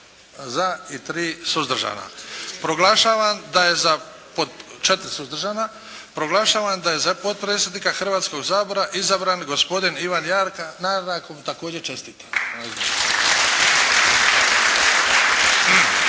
za i 4 suzdržana. Proglašavam da je za potpredsjednika Hrvatskoga sabora izabran gospodin Ivan Jarnjak kojem također čestitam.